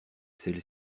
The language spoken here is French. celle